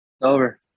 Over